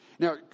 Now